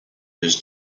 his